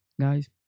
guys